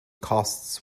costs